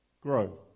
grow